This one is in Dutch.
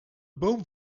boom